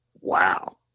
Wow